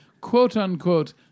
quote-unquote